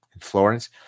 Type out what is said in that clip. Florence